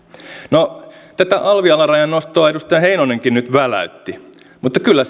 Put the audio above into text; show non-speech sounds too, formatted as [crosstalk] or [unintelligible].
no tätä alvialarajan nostoa edustaja heinonenkin nyt väläytti mutta kyllä [unintelligible]